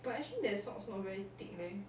but actually their socks not very thick leh